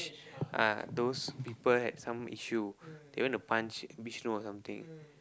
uh those people had some issue they went to punch Vishnu or something